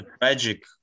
tragic